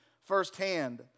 firsthand